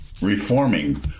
reforming